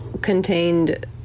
contained